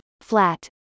flat